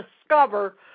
discover